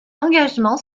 engagement